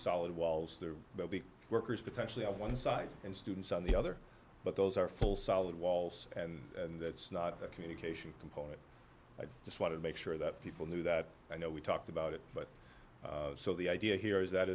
solid walls there will be workers potentially on one side and students on the other but those are full solid walls and that's not a communication component i just want to make sure that people knew that i know we talked about it but so the idea here is that